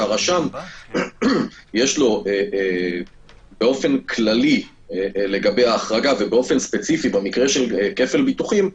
שלרשם יש באופן כללי לגבי ההחרגה ובאופן ספציפי במקרה של כפל ביטוחים,